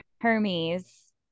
Hermes